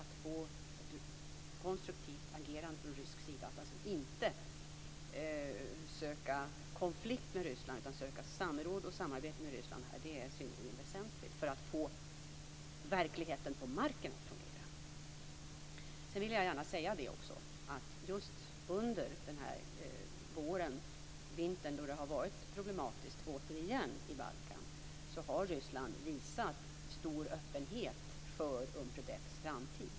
Att få ett konstruktivt agerande från rysk sida, att alltså inte söka konflikt med Ryssland, utan att söka samråd och samarbete, är synnerligen väsentligt för att få verkligheten på marken att fungera. Jag vill också gärna säga att just under den här vintern och våren när det återigen har varit problematiskt i Balkan har Ryssland visat stor öppenhet för Unpredeps framtid.